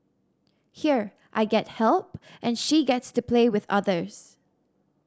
here I get help and she gets to play with others